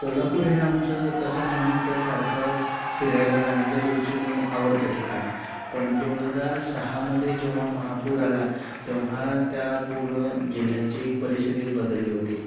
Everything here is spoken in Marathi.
कोल्हापूर हे आमचं तसं नेहमीचं सारखं फिरायला जाण्याच्या दृष्टीने आवडतं ठिकाण पण दोन हजार सहामध्ये जेव्हा महापूर आला तेव्हा त्या पूर्ण जिल्ह्याची परिस्थितीच बदलली होती